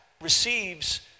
receives